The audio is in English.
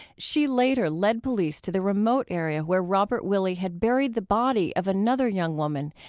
she later led police to the remote area where robert willie had buried the body of another young woman.